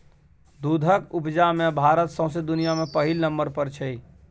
दुधक उपजा मे भारत सौंसे दुनियाँ मे पहिल नंबर पर छै